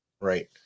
right